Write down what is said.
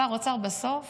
שר אוצר בסוף